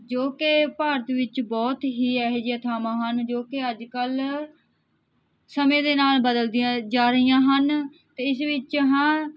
ਜੋ ਕਿ ਭਾਰਤ ਵਿੱਚ ਬਹੁਤ ਹੀ ਇਹੋ ਜਿਹੀਆਂ ਥਾਵਾਂ ਹਨ ਜੋ ਕਿ ਅੱਜ ਕੱਲ੍ਹ ਸਮੇਂ ਦੇ ਨਾਲ ਬਦਲਦੀਆਂ ਜਾ ਰਹੀਆਂ ਹਨ ਅਤੇ ਇਸ ਵਿੱਚ ਹਾਂ